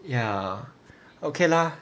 ya okay lah